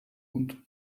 und